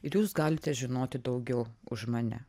ir jūs galite žinoti daugiau už mane